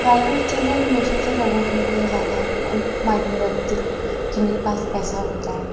private چیزیں ہمیشہ سے لوگوں کے لیے زیادہ معنی رکھتی ہیں جن کے پاس پیسہ ہوتا ہے